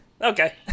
Okay